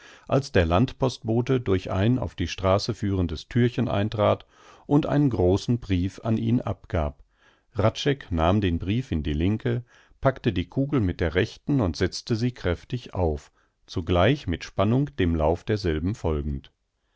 als der landpostbote durch ein auf die straße führendes thürchen eintrat und einen großen brief an ihn abgab hradscheck nahm den brief in die linke packte die kugel mit der rechten und setzte sie kräftig auf zugleich mit spannung dem lauf derselben folgend